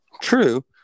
True